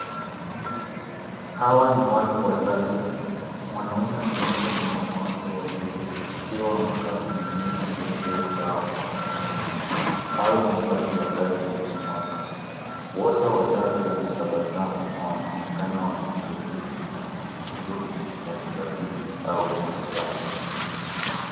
Hawa ni watu watatu, mwanaume mmoja na wanawake wawili wakiwa wamekaa kwenye meza ndefu ya mbao ndani ya ofisi ama nafasi ya kazi yenye mwanga. Wote watatu wanatabasamu na wanaonekana wakishirikiana kwenye mazungumzo ya kirafiki au mkutano.